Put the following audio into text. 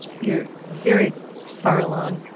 you're very far along.